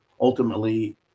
Ultimately